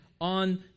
on